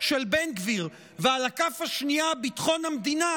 של בן גביר ועל הכף השנייה ביטחון המדינה,